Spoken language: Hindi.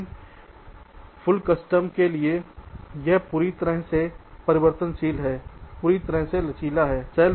लेकिन पूर्ण कस्टम के लिए यह पूरी तरह से परिवर्तनशील है पूरी तरह से लचीला है